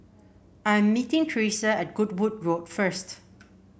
I'm meeting Teresa at Goodwood Road first